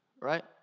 Right